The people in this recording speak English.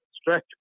stretch